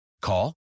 Call